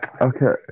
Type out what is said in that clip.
Okay